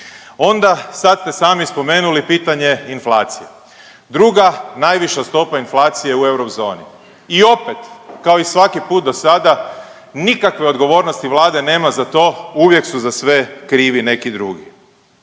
Onda sad ste sami spomenuli pitanje inflacije, druga najviša stopa inflacije u eurozoni i opet kao i svaki put dosada nikakve odgovornosti Vlada nema za to, uvijek su za sve krivi neki drugi.